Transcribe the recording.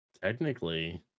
Technically